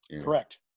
Correct